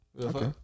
Okay